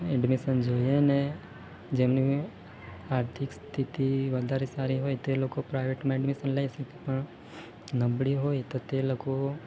admission જોઈએ ને જેમની એ આર્થિક સ્થિતિ વધારે સારી હોય તે લોકો પ્રાઇવેટમાં એડમિશન લઈ શકે પણ નબળી હોય તો તે લોકો